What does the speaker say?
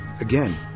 Again